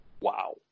wow